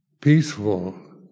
peaceful